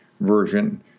version